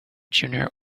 junior